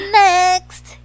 next